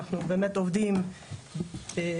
אנחנו באמת עובדים בתיאום.